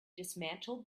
dismantled